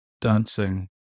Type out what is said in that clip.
dancing